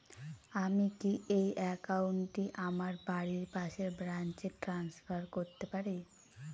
আমি কি এই একাউন্ট টি আমার বাড়ির পাশের ব্রাঞ্চে ট্রান্সফার করতে পারি?